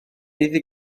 iddi